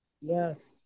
Yes